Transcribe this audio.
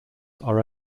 are